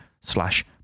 slash